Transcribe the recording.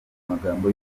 magambo